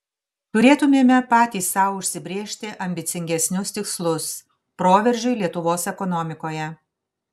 turėtumėme patys sau užsibrėžti ambicingesnius tikslus proveržiui lietuvos ekonomikoje